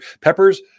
peppers